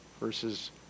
versus